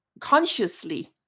consciously